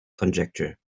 conjecture